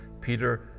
Peter